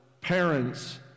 parents